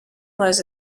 clothes